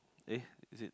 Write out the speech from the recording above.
eh is it